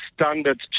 Standard